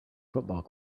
football